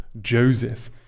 Joseph